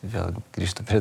vėl grįžtu prie